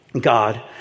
god